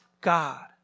God